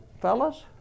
fellas